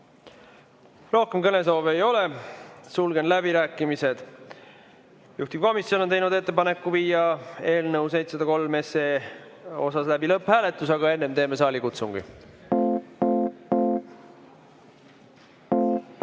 Rohkem kõnesoove ei ole, sulgen läbirääkimised. Juhtivkomisjon on teinud ettepaneku viia läbi eelnõu 703 lõpphääletus, aga enne teeme saalikutsungi.